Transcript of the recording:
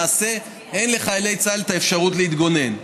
למעשה אין לחיילי צה"ל אפשרות להתגונן.